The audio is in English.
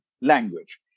language